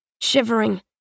shivering